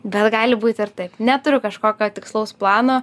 bet gali būti ir taip neturiu kažkokio tikslaus plano